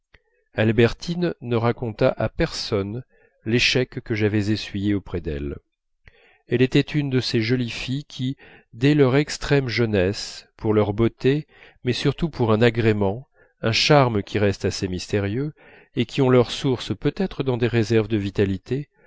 albertine ne raconta à personne l'échec que j'avais essuyé auprès d'elle elle était une de ces jolies filles qui dès leur extrême jeunesse par leur beauté mais surtout par un agrément un charme qui restent assez mystérieux et qui ont leur source peut-être dans des réserves de vitalité